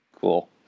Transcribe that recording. Cool